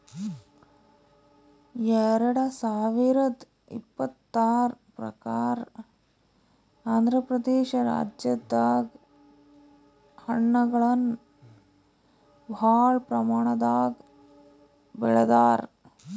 ಎರಡ ಸಾವಿರದ್ ಇಪ್ಪತರ್ ಪ್ರಕಾರ್ ಆಂಧ್ರಪ್ರದೇಶ ರಾಜ್ಯದಾಗ್ ಹಣ್ಣಗಳನ್ನ್ ಭಾಳ್ ಪ್ರಮಾಣದಾಗ್ ಬೆಳದಾರ್